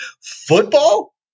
football